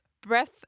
Breath